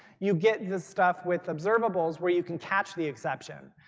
you get your stuff with observables where you can catch the exception.